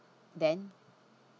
then